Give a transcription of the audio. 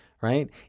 Right